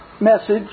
message